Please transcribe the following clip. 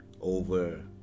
over